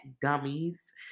dummies